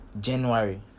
January